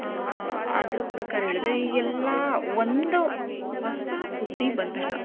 ಅದರ ಪ್ರಕಾರ ಹೇಳಿದರೆ ಈಗೆಲ್ಲ ಒಂದು ಹೊಸ ಸುದ್ದಿ ಬಂದ ತಕ್ಷ್ಣ